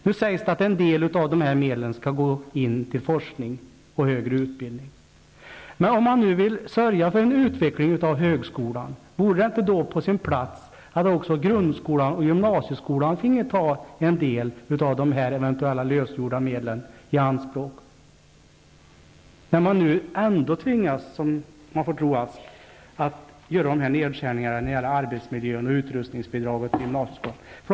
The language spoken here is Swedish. Nu sägs det att en del av dessa medel skall gå till forskning och högre utbildning. Om man nu vill sörja för en utveckling av högskolan, vore det då inte på sin plats att också grundskolan och gymnasieskolan finge ta i anspråk en del av de medel som eventuellt lösgörs när man nu, om man får tro Beatrice Ask, ändå tvingas att göra nedskärningar när det gäller arbetsmiljön och utrustningsbidraget till gymnasieskolan?